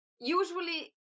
usually